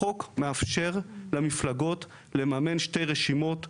החוק מאפשר למפלגות לממן שתי רשימות ביישוב.